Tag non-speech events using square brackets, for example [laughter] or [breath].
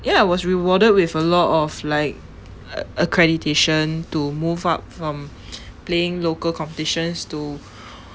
ya I was rewarded with a lot of like a~ accreditation to move up from [breath] playing local competitions to